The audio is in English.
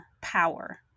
power